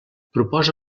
proposa